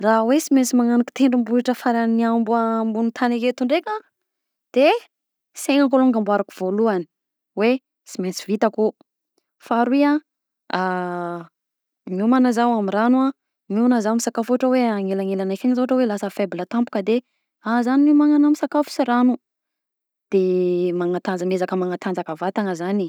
Raha hoe sy maintsy magnaniky tendrombohitra farany amboa- ambony tany aketo ndraika de saignako alongany amboariko voalohany hoe sy mainsy vitako io, faharoy a miomagna zaho amy ragno a, miomagna zaho amy sakafo ohatra hoe agnelagnelany akeny zao ohatra hoe lasa faible tampoka de any zany no hiomanana amy sakafo sy rano de magnanant- miezaka magnantajaka vatana zany e.